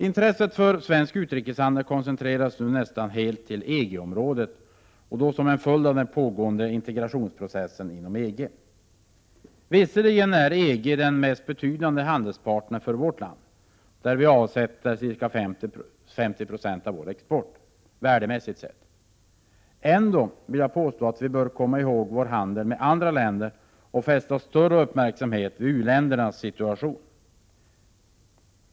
Intresset för svensk utrikeshandel koncentreras nu nästan helt till EG området, som en följd av den pågående integrationsprocessen inom EG. Visserligen är EG den mest betydande handelspartnern för vårt land, hos vilken vi avsätter ca 50 90 av vår export, värdemässigt sett. Ändå vill jag påstå att vi bör komma ihåg vår handel med andra länder och fästa större uppmärksamhet vid u-ländernas situation.